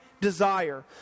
desire